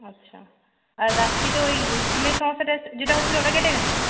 আচ্ছা আর রাত্রিতে ওই ঘুমের সমস্যাটা যেটা হচ্ছিলো ওটা কেটে গেছে